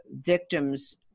victims